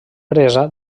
presa